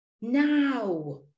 Now